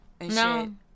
No